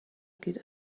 geht